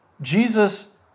Jesus